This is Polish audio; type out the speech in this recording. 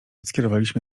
skierowaliśmy